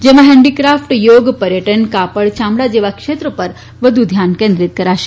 જેમાં હેન્ડીકાફટ યોગ પર્યટન કાપડ ચામડા જેવા ક્ષેત્રો પર વ્ધુ ધ્યાન કેન્દ્રીત કરાશે